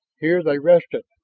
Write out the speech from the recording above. here they rested,